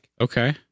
Okay